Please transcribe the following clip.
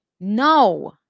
No